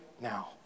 now